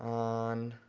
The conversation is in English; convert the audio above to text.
on,